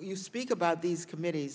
you speak about these committees